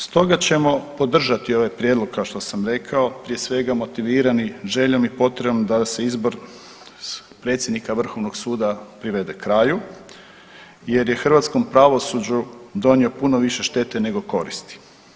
Stoga ćemo podržati ovaj prijedlog kao što sam rekao prije svega motivirani željom i potrebom da se izbor predsjednika Vrhovnog suda privede kraju jer je hrvatskom pravosuđu donio puno više štete nego koristi.